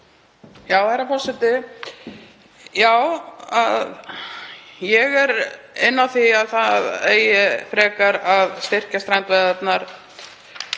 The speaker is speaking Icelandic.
Herra forseti. Já, ég er á því að það eigi frekar að styrkja strandveiðarnar